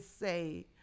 say